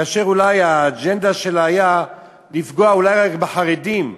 אולי האג'נדה שלה הייתה לפגוע רק בחרדים,